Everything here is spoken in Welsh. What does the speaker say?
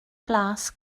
blas